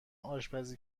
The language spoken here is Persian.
آشپزی